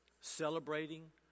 celebrating